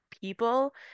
people